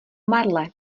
marle